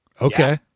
Okay